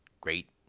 great